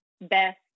best